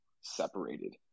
separated